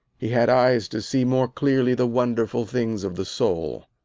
he had eyes to see more clearly the wonderful things of the soul.